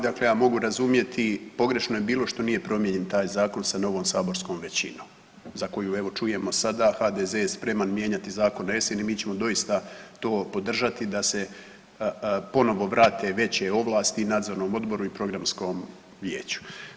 Dakle, ja mogu razumjeti pogrešno je bilo što nije promijenjen taj zakon sa novom saborskom većinom za koju evo čujemo sada HDZ je spreman mijenjati zakon na jesen i mi ćemo doista to podržati da se ponovo vrate veće ovlasti nadzornom odboru i programskom vijeću.